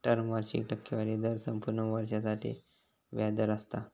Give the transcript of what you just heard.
term वार्षिक टक्केवारी दर संपूर्ण वर्षासाठी व्याज दर असता